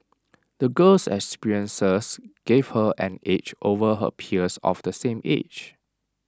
the girl's experiences gave her an edge over her peers of the same age